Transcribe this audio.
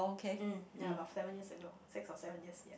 mm ya about seven years ago six or seven years ya